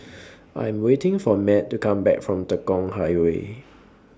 I Am waiting For Mat to Come Back from Tekong Highway